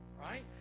right